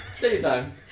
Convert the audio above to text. Daytime